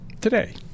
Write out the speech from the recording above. today